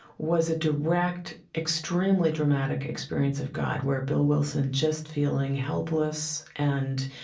was a direct, extremely dramatic experience of god, where bill wilson, just feeling helpless and,